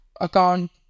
account